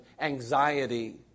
anxiety